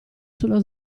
sullo